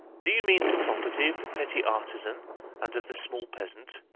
do you mean the property of the petty artisan and of the small peasant,